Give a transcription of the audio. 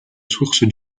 source